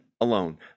alone